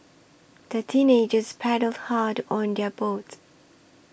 the teenagers paddled hard on their boat